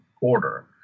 order